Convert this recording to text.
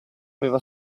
aveva